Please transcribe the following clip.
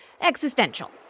existential